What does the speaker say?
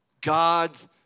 God's